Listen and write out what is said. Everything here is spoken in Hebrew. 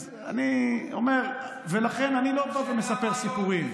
אני אומר, לכן אני לא בא ומספר סיפורים.